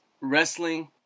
wrestling